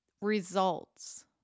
Results